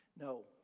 no